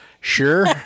sure